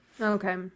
okay